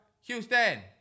Houston